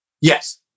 Yes